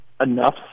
enough